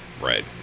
Right